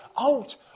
out